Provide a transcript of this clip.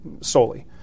solely